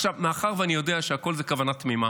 עכשיו, מאחר שאני יודע שהכול בכוונה תמימה